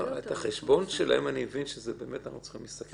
אנחנו נותנים